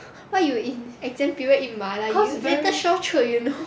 why you eat exam period eat 麻辣 later sore throat you know